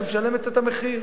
שמשלמת את המחיר.